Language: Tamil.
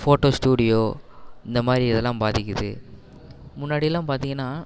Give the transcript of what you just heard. ஃபோட்டோ ஸ்டுடியோ இந்தமாதிரி இதெல்லாம் பாதிக்குது முன்னாடியெல்லாம் பார்த்தீங்கன்னா